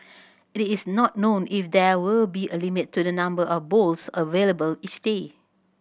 it is not known if there will be a limit to the number of bowls available each day